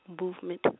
movement